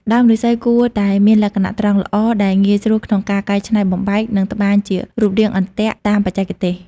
ដើមឫស្សីគួរតែមានលក្ខណៈត្រង់ល្អ ដែលងាយស្រួលក្នុងការកែច្នៃបំបែក និងត្បាញជារូបរាងអន្ទាក់តាមបច្ចេកទេស។